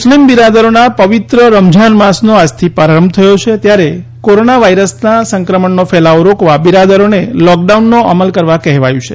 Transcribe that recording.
મુસ્લિમ બિરાદરોના પવિત્ર રમજાન માસનો આજથી પ્રારંભ થયો છે ત્યારે કોરોના વાયરસ સંક્રમણનો ફેલાવો રોકવા બિરાદરોને લૉકડાઉનનો અમલ કરવા કહેવાયું છે